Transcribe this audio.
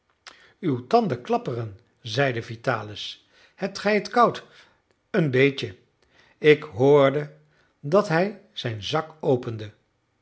uw tanden klapperen zeide vitalis hebt gij het koud een beetje ik hoorde dat hij zijn zak opende